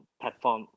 platform